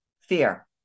fear